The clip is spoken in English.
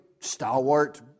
stalwart